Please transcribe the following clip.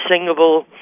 singable